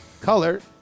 color